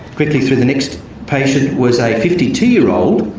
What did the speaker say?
quickly through the next patient, was a fifty two year old